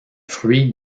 fruit